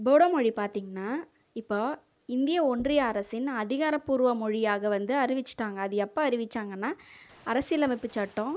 போடோ மொழி பார்த்தீங்கன்னா இப்போ இந்திய ஒன்றிய அரசின் அதிகாரப்பூர்வ மொழியாக வந்து அறிவிச்சுட்டாங்க அது எப்போ அறிவித்தாங்கன்னா அரசியலமைப்புச்சட்டம்